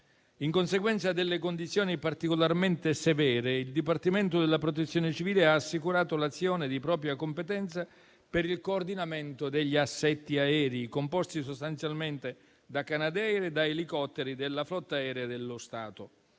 In conseguenza delle condizioni particolarmente severe, il dipartimento della Protezione civile ha assicurato l'azione di propria competenza per il coordinamento degli assetti aerei, composti sostanzialmente da *canadair* e da elicotteri della flotta aerea dello Stato